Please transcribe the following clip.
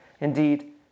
Indeed